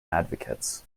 advocates